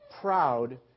proud